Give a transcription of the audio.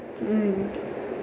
mm